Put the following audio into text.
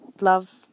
love –